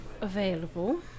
available